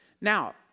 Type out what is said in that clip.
Now